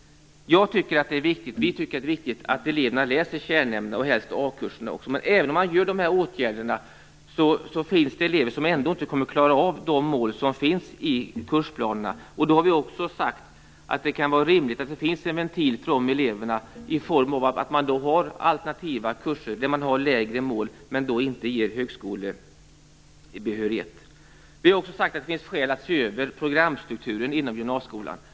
Vi tycker att det är viktigt att eleverna läser kärnämnena, helst a-kurserna. Men även om man vidtar de här åtgärderna, finns det ändå elever som inte kommer att klara av de mål som finns i kursplanerna. Då har vi sagt att det kan vara rimligt att det finns en ventil för dessa elever i form av alternativa kurser med lägre mål men där man inte ger högskolebehörighet. Vi har också sagt att det finns skäl att se över programstrukturen inom gymnasieskolan.